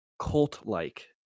cult-like